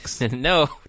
no